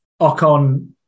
Ocon